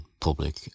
public